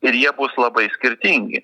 ir jie bus labai skirtingi